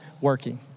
working